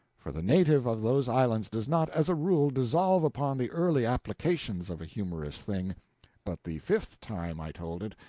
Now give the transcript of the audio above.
for the native of those islands does not, as a rule, dissolve upon the early applications of a humorous thing but the fifth time i told it,